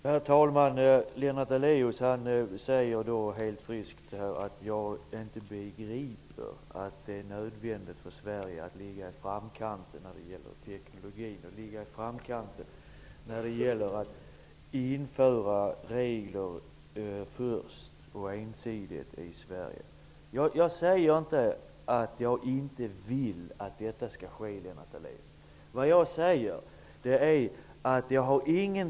Herr talman! Lennart Daléus säger helt friskt att jag inte begriper att det är nödvändigt för Sverige att gå i frontlinjen när det gäller teknologin. Han säger att vi först och ensidigt skall införa regler i Sverige. Jag säger inte att jag inte vill att detta skall ske, Lennart Daléus.